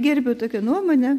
gerbiu tokią nuomonę